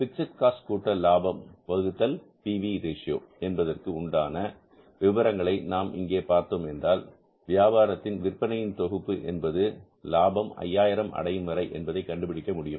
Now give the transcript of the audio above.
fixed cost கூட்டல் லாபம் வகுத்தல் பி வி ரேஷியோ என்பதற்கு உண்டான விபரங்களை நாம் இங்கே பார்த்தோம் என்றால் வியாபாரத்தின் விற்பனையின் தொகுப்பு என்பது லாபம் 5000 அடையும்வரை என்பதை கண்டுபிடிக்க முடியும்